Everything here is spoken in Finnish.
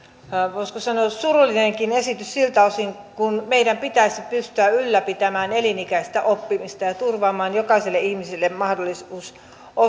voisiko sanoa surullinenkin esitys siltä osin kun meidän pitäisi pystyä ylläpitämään elinikäistä oppimista ja turvaamaan jokaiselle ihmiselle mahdollisuus